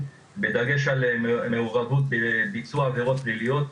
בדגש על מעורבות בביצוע עבירות פליליות.